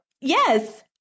yes